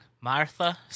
Martha